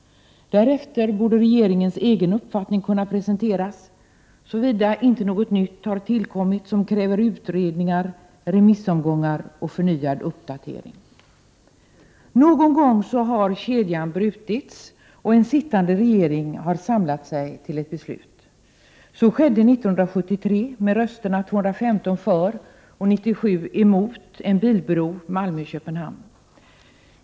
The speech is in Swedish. Efter detta borde regeringens egen uppfattning kunna presenteras, såvida det inte tillkommit något nytt som kräver utredningar, remissomgångar och uppdateringar. Någon gång har kedjan brutits och en sittande regering har samlat sig till ett beslut. Så skedde år 1973 med röstsiffrorna 215 för och 97 mot en bilbro Malmö-Köpenhamn.